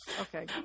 Okay